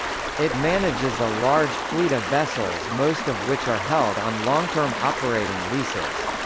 it manages a large fleet of vessels most of which are held on long-term operating leases.